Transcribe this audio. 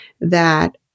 that-